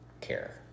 care